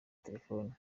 telefone